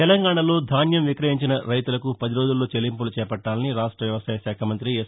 తెలంగాణలో ధాన్యం విక్రయించిన రైతులకు పది రోజుల్లో చెల్లింపులు చేపట్లాలని రాష్ట వ్యవసాయ శాఖ మంత్రి ఎస్